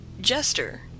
Jester